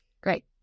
Great